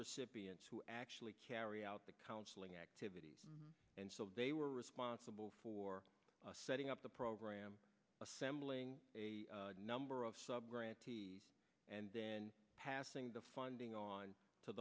recipients who actually carry out the counseling activities and so they were responsible for setting up the program assembling a number of sub and then passing the funding on to